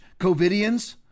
COVIDians